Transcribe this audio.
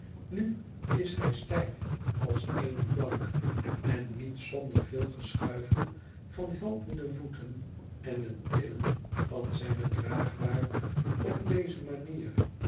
nu is hij stijf als eene plank en niet zonder veel geschuifel van helpende voeten en het tillen van zijne draagbaar op deze manier